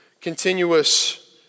continuous